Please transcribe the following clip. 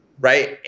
Right